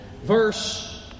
Verse